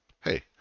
Hey